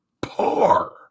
par